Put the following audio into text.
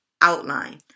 outline